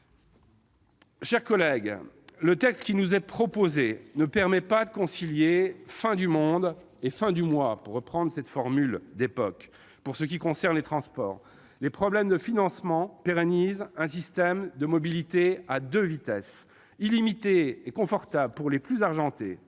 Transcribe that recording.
chers collègues, le texte qui nous est proposé ne permet pas de concilier fin du monde et fin du mois, selon la formule consacrée, pour ce qui concerne les transports. Les problèmes de financement pérennisent un système de mobilité à deux vitesses : illimité et confortable pour les plus argentés,